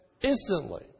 instantly